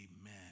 amen